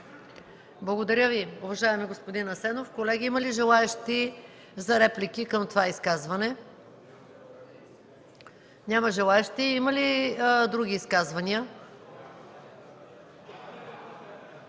Благодаря Ви, уважаеми господин Асенов. Колеги, има ли желаещи за реплики към това изказване? Няма. Има ли други изказвания?